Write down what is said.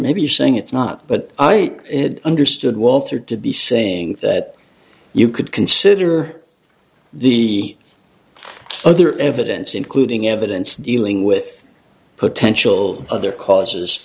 maybe saying it's not but i understood walther to be saying that you could consider the other evidence including evidence dealing with potential other causes